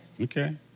Okay